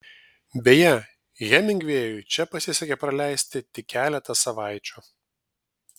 beje hemingvėjui čia pasisekė praleisti tik keletą savaičių